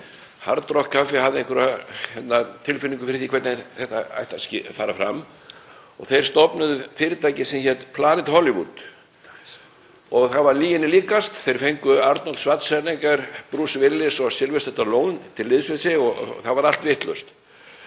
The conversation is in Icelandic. Hard Rock Café hafði einhverja tilfinningu fyrir því hvernig þetta ætti að fara fram og þeir stofnuðu fyrirtæki sem hét Planet Hollywood og það var lyginni líkast. Þeir fengu Arnold Schwarzenegger, Bruce Willis og Sylvester Stallone til liðs við sig og það varð allt vitlaust.